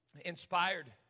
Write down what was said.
Inspired